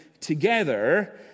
together